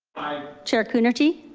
chair coonerty.